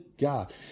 God